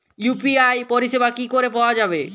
UPI পরিষেবা কি করে পাওয়া যাবে?